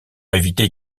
éviter